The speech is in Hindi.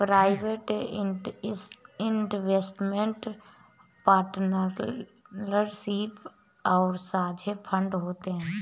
प्राइवेट इन्वेस्टमेंट पार्टनरशिप और साझे फंड होते हैं